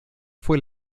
fue